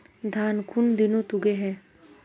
धान कुन दिनोत उगैहे